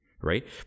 right